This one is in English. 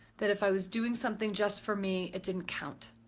that if i was doing something just for me, it didn't count.